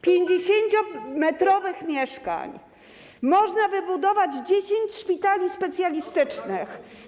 50-metrowych mieszkań, można wybudować 10 szpitali specjalistycznych.